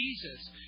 Jesus